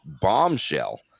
Bombshell